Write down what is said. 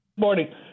Morning